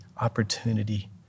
opportunity